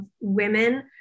women